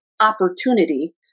opportunity